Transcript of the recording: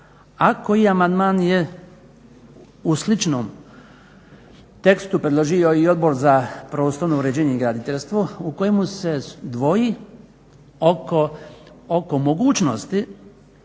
koji amandman je u sličnom tekstu predložio i Odbor za prostorno uređenje i graditeljstvo u kojemu se dvoji oko mogućnosti